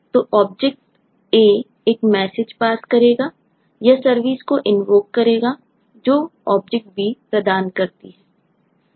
तो object A एक message pass करेगा यह सर्विस को इन्वोक करेगा जो ऑब्जेक्ट B प्रदान करती है